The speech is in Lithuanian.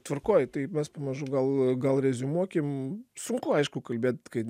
tvarkoj tai mes pamažu gal gal reziumuokim sunku aišku kalbėt kai